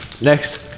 Next